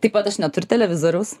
taip pat aš neturiu televizoriaus